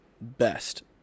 best